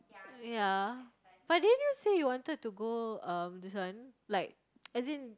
ya but didn't you say you wanted to go um this one like as in